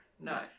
No